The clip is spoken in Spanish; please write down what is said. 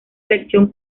elección